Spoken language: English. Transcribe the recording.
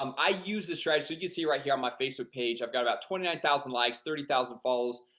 um i use the strategy so you see right here on my facebook business page i've got about twenty nine thousand likes thirty thousand follows.